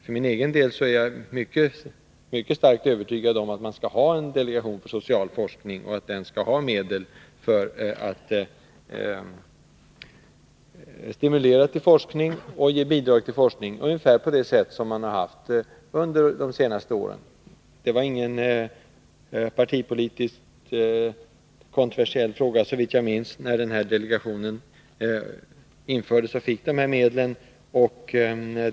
För min egen del är jag starkt övertygad om att man skall ha en delegation för social forskning, och att den skall ha medel för att stimulera till och ge bidrag till forskning, ungefär på det sätt man har haft under de senaste åren. Det var ingen partipolitiskt kontroversiell fråga, såvitt jag minns, när den här delegationen inrättades och fick dessa medel.